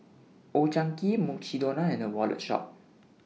Old Chang Kee Mukshidonna and The Wallet Shop